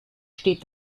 steht